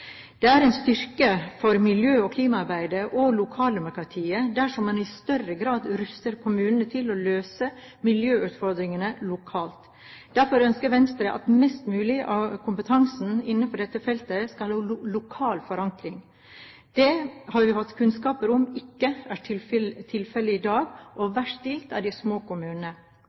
Det er en styrke for miljø- og klimaarbeidet og lokaldemokratiet dersom man i større grad ruster kommunene til å løse miljøutfordringene lokalt. Derfor ønsker Venstre at mest mulig av kompetansen innenfor dette feltet skal ha lokal forankring. Det har vi fått kunnskap om ikke er tilfellet i dag, og verst stilt er de små kommunene.